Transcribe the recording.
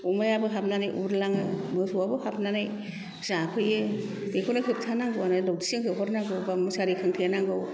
अमायाबो हाबनानै उरलाङो मोसौआबो हाबनानै जाफैयो बेखायनो होबथानांगौ लाउथिजों होहरनांगौ बा मुसारि खोंथेनांगौ